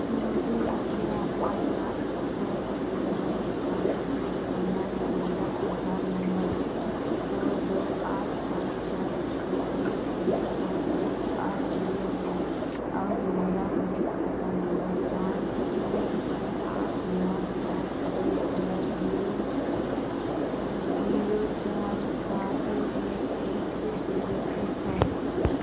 मुझे अपने आधार कार्ड को अपने बैंक खाते से जोड़ना है मेरा आधार नम्बर दो दो आठ पाँच सात छः दो तीन सात एक आठ जीरो है और मेरा बैंक खाता नम्बर पाँच जीरो तीन आठ नौ पाँच दो चार जीरो जीरो चार सात एक एक जीरो एक है